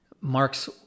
Marx